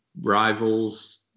rivals